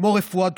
כמו רפואה דחופה.